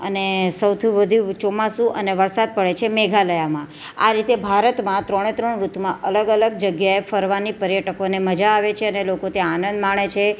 અને સૌથી વધું ચોમાસું અને વરસાદ પડે છે મેઘાલયામાં આ રીતે ભારતમાં ત્રણે ત્રણ ઋતુમાં અલગ અલગ જગ્યાએ ફરવાની પર્યટકોને મજા આવે છે અને લોકો ત્યાં આનંદ માણે છે